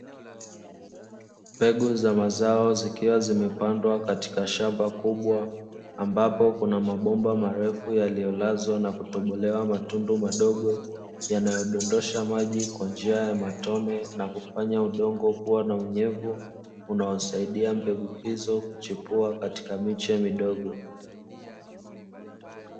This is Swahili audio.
Mbegu za mazao zikiwa zimepandwa katika shamba kubwa ambapo kuna mabomba marefu yaliyolazwa na kutobolewa matundu madogo, yanayodondosha maji kwa njia ya matone na kufanya udongo kuwa na unyevu unaosaidia mbegu hizo kuchipua katika miche midogo.